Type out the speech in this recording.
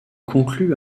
conclut